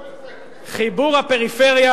חיבור הפריפריה,